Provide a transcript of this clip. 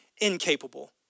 incapable